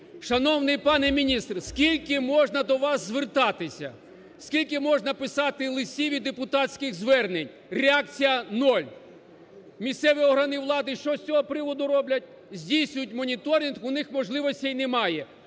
Шановний пане міністре, скільки можна до вас звертатися? Скільки можна писати листів і депутатських звернень, реакція – нуль. Місцеві органи влади, що з цього приводу роблять? Здійснюють моніторинг, у них можливостей немає.